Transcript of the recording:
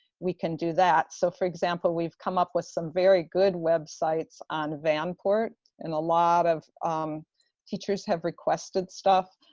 we can do that. so for example, we've come up with some very good websites on vanport and a lot of teachers have requested stuff.